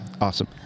Awesome